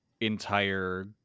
entire